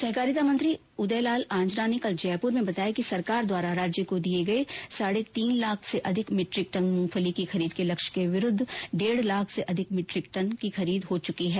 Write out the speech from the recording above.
सहकारिता मंत्री उदय लाल आंजना ने कल जयपुर में बताया कि सरकार द्वारा राज्य को दिये गये साढ़े तीन लाख से अधिक मीट्रिक टन मूंगफली के खरीद के लक्ष्य के विरूद्व डेढ लाख से अधिक मीट्रिक टन की खरीद हो चुकी है